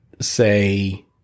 say